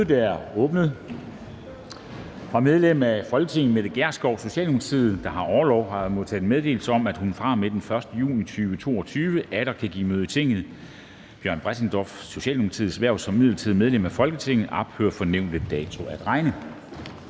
Mødet er åbnet. Fra medlem af Folketinget Mette Gjerskov (S), der har orlov, har jeg modtaget meddelelse om, at hun fra og med den 1. juni 2022 atter kan give møde i Tinget. Brian Bressendorffs (S) hverv som midlertidigt medlem af Folketinget ophører fra nævnte dato at regne.